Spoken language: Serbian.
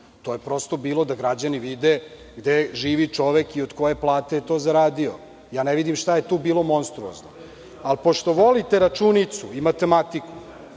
to je prosto bilo da građani vide gde živi čovek i od koje plate je to zaradio. Ne vidim šta je tu bilo monstruozno. Pošto volite računicu i matematiku,